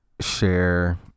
Share